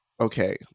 okay